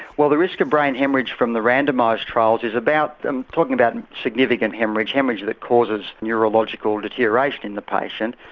well the risk of brain haemorrhage from the randomised trials is about, we're and talking about and significant haemorrhage haemorrhage that causes neurological deterioration in the patient,